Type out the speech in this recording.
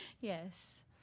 Yes